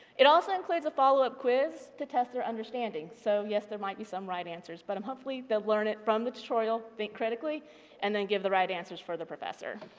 it also includes a follow-up quiz to test their understanding, so yes there might be some right answers, but hopefully they'll learn it from the tutorial, think critically and then give the right answers for the professor.